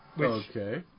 Okay